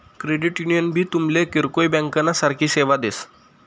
credit union भी तुमले किरकोय ब्यांकना सारखी सेवा देस